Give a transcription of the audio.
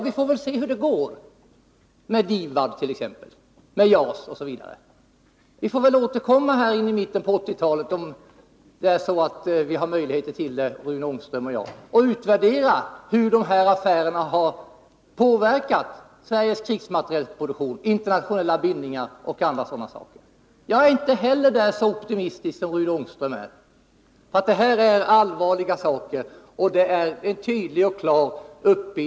Vi får väl se hur det går med DIVAD, med JAS osv. Rune Ångström och jag får väl återkomma i mitten på 1980-talet, om vi har möjlighet att göra det, och utvärdera hur dessa affärer har påverkat Sveriges krigsmaterielproduktion, internationella bindningar och annat. Inte heller i det fallet är jag så optimistisk som Rune Ångström. Vår uppbindning till andra stater är tydlig och klar.